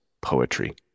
poetry